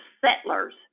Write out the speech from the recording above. settlers